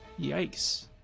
Yikes